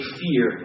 fear